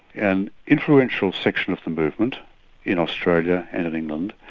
an influential section of the movement in australia and in england,